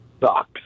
sucks